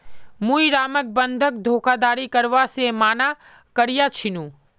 मुई रामक बंधक धोखाधड़ी करवा से माना कर्या छीनु